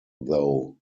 though